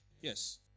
Yes